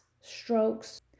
strokes